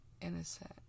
innocent